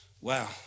Wow